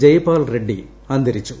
ജയ്പാൽ റെഡ്സി അന്തരിച്ചു